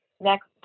next